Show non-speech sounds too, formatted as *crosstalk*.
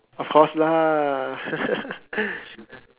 of course lah *laughs*